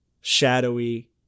shadowy